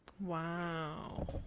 Wow